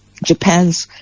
japan's